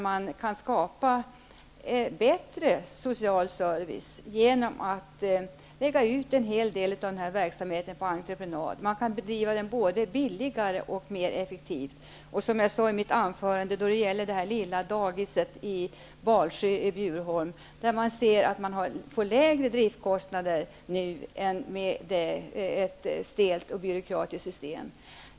Vi kan skapa en bättre social service genom att lägga ut en hel del av verksamheten på entreprenad. Vi kan bedriva den billigare och mer effektivt. När det gäller det lilla dagiset i Balsjö i Bjurholm ser de att de får lägre driftskostnader nu, än med ett stelt och byråkratiskt system.